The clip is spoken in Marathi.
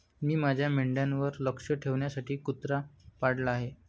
मी माझ्या मेंढ्यांवर लक्ष ठेवण्यासाठी कुत्रा पाळला आहे